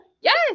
Yes